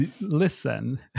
listen